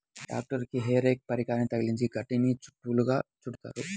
ట్రాక్టరుకి hay rake పరికరాన్ని తగిలించి గడ్డిని చుట్టలుగా చుడుతారు